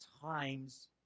Times